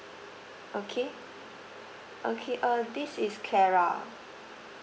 okay okay uh this is clara